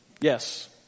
Yes